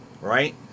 Right